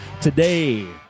Today